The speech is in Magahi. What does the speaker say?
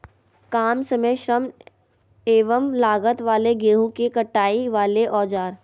काम समय श्रम एवं लागत वाले गेहूं के कटाई वाले औजार?